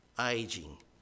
aging